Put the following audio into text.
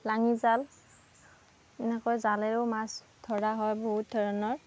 লাঙি জাল এনেকুৱা জালেৰেও মাছ ধৰা হয় বহুত ধৰণৰ